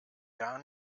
gar